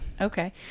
Okay